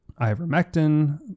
ivermectin